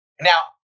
Now